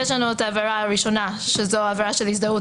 העבירה הראשונה שזו עבירה של הזדהות